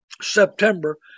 September